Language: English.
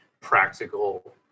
practical